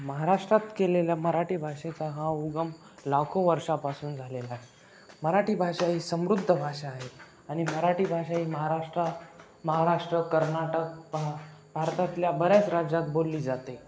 महाराष्ट्रात केलेल्या मराठी भाषेचा हा उगम लाखो वर्षापासून झालेला आहे मराठी भाषा ही समृद्ध भाषा आहे आणि मराठी भाषा ही महाराष्ट्र महाराष्ट्र कर्नाटक प भारतातल्या बऱ्याच राज्यात बोलली जाते